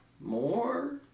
more